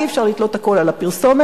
אי-אפשר לתלות הכול בפרסומת.